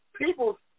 people